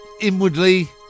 inwardly